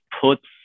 puts